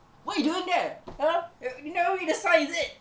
what you doing there !huh! uh you never read the sign is it